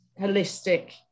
holistic